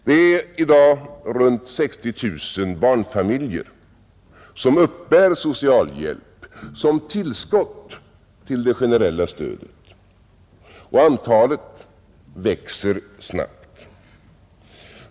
Det finns i dag omkring 60 000 barnfamiljer som uppbär socialhjälp som tillskott till det generella stödet och antalet växer snabbt.